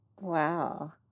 Wow